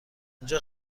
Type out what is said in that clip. اینجا